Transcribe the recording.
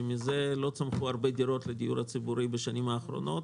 שמזה לא צמחו הרבה דירות לדיור הציבורי בשנים האחרונות,